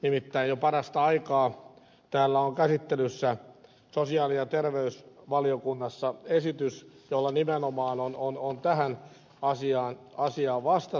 nimittäin jo parasta aikaa täällä on käsittelyssä sosiaali ja terveysvaliokunnassa esitys jolla nimenomaan on tähän asiaan vastattu